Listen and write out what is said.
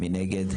מי נגד?